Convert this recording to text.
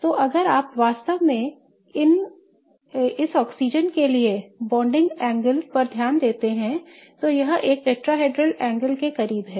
तो अगर आप वास्तव में इस ऑक्सीजन के लिए बॉन्डिंग कोण पर ध्यान देते हैं तो यह एक टेट्राहेड्रल कोण के करीब है